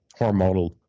hormonal